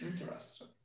Interesting